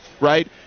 right